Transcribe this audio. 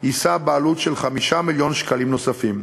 יישא בעלות של 5 מיליון שקלים נוספים.